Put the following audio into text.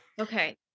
Okay